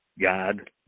God